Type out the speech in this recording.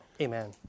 Amen